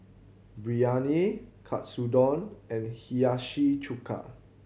Biryani Katsudon and Hiyashi Chuka